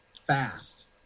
fast